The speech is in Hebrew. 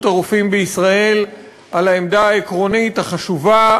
הרופאים בישראל על העמדה העקרונית החשובה,